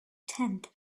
tenth